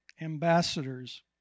ambassadors